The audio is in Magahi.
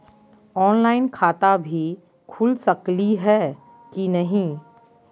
ऑनलाइन खाता भी खुल सकली है कि नही?